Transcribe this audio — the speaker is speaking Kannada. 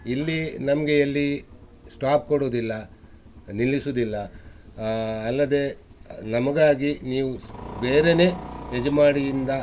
ಇಲ್ಲಿ ನಮಗೆ ಎಲ್ಲಿ ಸ್ಟಾಪ್ ಕೊಡುದಿಲ್ಲ ನಿಲ್ಲಿಸುದಿಲ್ಲ ಅಲ್ಲದೆ ನಮಗಾಗಿ ನೀವು ಬೇರೆನೇ ಎಜ್ಮಾಡಿಯಿಂದ